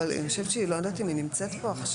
אני לא יודעת אם היא נמצאת פה עכשיו,